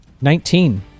Nineteen